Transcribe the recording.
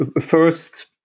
first